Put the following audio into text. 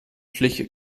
schliche